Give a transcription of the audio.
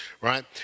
Right